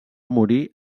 morir